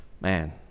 man